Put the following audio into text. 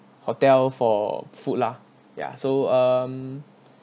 hotel for food lah ya so um